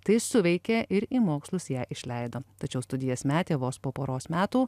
tai suveikė ir į mokslus ją išleido tačiau studijas metė vos po poros metų